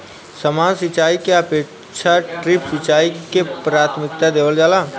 सामान्य सिंचाई के अपेक्षा ड्रिप सिंचाई के प्राथमिकता देवल जाला